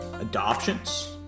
adoptions